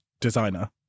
designer